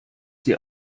sie